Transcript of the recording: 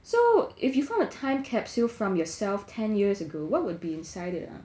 so if you found a time capsule from yourself ten years ago what would be inside it ah